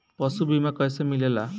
पशु बीमा कैसे मिलेला?